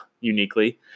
uniquely